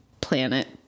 planet